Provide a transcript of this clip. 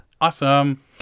Awesome